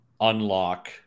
unlock